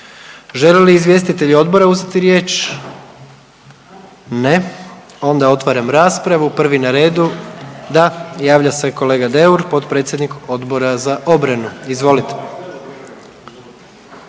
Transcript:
Žele li izvjestitelji odbora uzeti riječ? Ne, onda otvaram raspravu, prvi na redu, da javlja se kolega Deur, potpredsjednik Odbora za obranu. Izvolite.